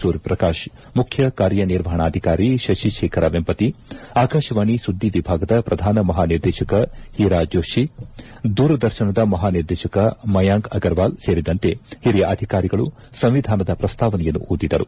ಸೂರ್ಯಪ್ರಕಾಶ್ ಮುಖ್ಯ ಕಾರ್ಯ ನಿರ್ವಹಣಾಧಿಕಾರಿ ಶಶಿಶೇಖರ ವೆಂಪತಿ ಆಕಾಶವಾಣಿ ಸುದ್ದಿ ವಿಭಾಗದ ಶ್ರಧಾನ ಮಹಾ ನಿರ್ದೇಶಕ ಹೀರಾ ಜೋಷಿ ದೂರದರ್ಶನದ ಮಹಾ ನಿರ್ದೇಶಕ ಮಯಾಂಕ ಅಗರ್ವಾಲ್ ಸೇರಿದಂತೆ ಹಿರಿಯ ಅಧಿಕಾರಿಗಳು ಸಂವಿಧಾನದ ಶ್ರಸ್ತಾವನೆಯನ್ನು ಓದಿದರು